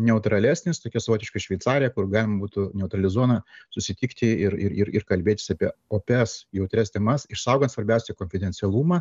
neutralesnis tokia savotiška šveicarija kur galima būtų neutrali zona susitikti ir ir ir kalbėtis apie opias jautrias temas išsaugant svarbiausia konfidencialumą